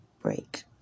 break